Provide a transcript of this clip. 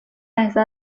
لحظه